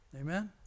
Amen